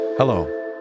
Hello